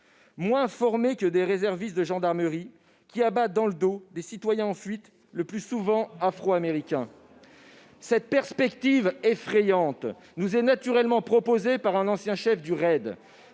moins formées que des réservistes de la gendarmerie, qui abattent dans le dos des citoyens en fuite, le plus souvent afro-américains. Naturellement, cette perspective effrayante nous est proposée par un ancien chef du RAID,